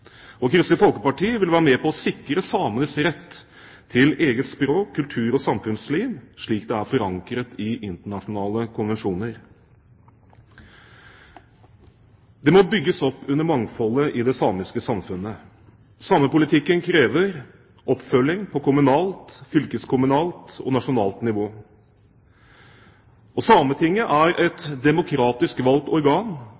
arbeidet. Kristelig Folkeparti vil være med på å sikre samenes rett til eget språk, kultur og samfunnsliv, slik det er forankret i internasjonale konvensjoner. Det må bygges opp under mangfoldet i det samiske samfunnet. Samepolitikken krever oppfølging på kommunalt, fylkeskommunalt og nasjonalt nivå. Sametinget er